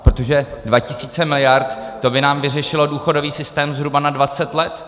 Protože 2 tisíce miliard, to by nám vyřešilo důchodový systém zhruba na 20 let.